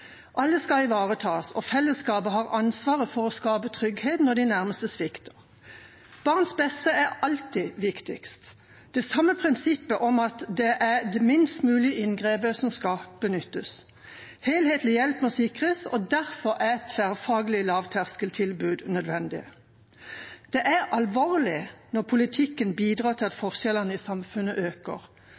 Alle skal ivaretas, og fellesskapet har ansvaret for å skape trygghet når de nærmeste svikter. Barns beste er alltid viktigst. Det samme er prinsippet om at det er det minste mulige inngrep som skal benyttes. Helhetlig hjelp må sikres, og derfor er tverrfaglige lavterskeltilbud nødvendige. Det er alvorlig når politikken bidrar til at forskjellene i samfunnet øker.